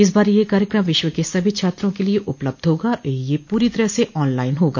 इस बार यह कार्यक्रम विश्व के सभी छात्रों के लिए उपलब्ध होगा और यह पूरी तरह ऑनलाइन होगा